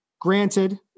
granted